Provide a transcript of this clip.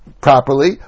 properly